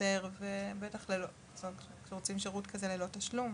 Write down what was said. יותר ובטח שרוצים שירות כזה ללא תשלום,